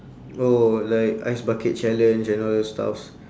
oh like ice bucket challenge and all those stuff